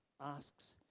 asks